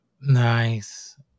Nice